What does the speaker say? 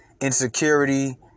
insecurity